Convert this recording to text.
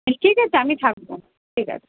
ঠিক আছে আমি থাকবো ঠিক আছে